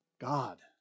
God